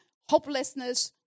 hopelessness